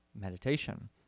meditation